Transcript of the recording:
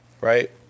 Right